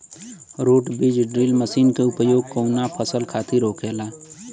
रोटा बिज drill machine के उपयोग कऊना फसल खातिर होखेला?